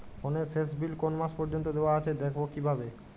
ফোনের শেষ বিল কোন মাস পর্যন্ত দেওয়া আছে দেখবো কিভাবে?